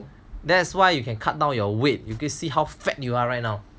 that's why you can cut down your weight you can see how fat you are right now